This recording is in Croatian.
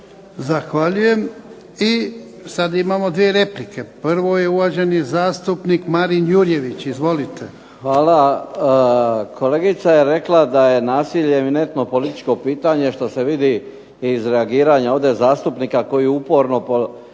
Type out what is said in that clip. Zahvaljujem. I sad imamo dvije replike. Prvo je uvaženi zastupnik Marin Jurjević. Izvolite. **Jurjević, Marin (SDP)** Hvala. Kolegica je rekla daje nasilje eminentno političko pitanje što se vidi iz reagiranja ovdje zastupnika koji uporno